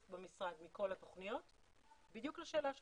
במשרד מכל התוכניות בדיוק לשאלה שלך.